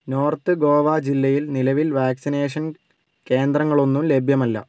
north Goa ജില്ലയിൽ നിലവിൽ vaccination കേന്ദ്രങ്ങളൊന്നും ലഭ്യമല്ല